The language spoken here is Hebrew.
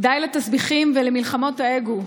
די לתסביכים ולמלחמות האגו.